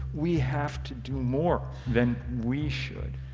we have to do more than we should.